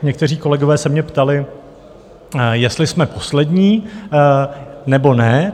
Někteří kolegové se mě ptali, jestli jsme poslední, nebo ne.